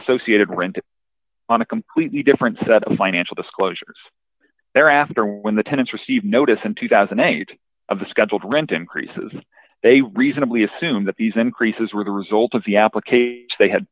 associated rent on a completely different set of financial disclosures thereafter when the tenants received notice in two thousand and eight of the scheduled rent increases they reasonably assume that these increases were the result of the application they had